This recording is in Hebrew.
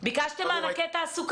בוועדת כספים.